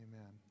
Amen